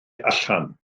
allan